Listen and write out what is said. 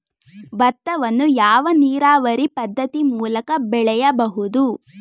ಭತ್ತವನ್ನು ಯಾವ ನೀರಾವರಿ ಪದ್ಧತಿ ಮೂಲಕ ಬೆಳೆಯಬಹುದು?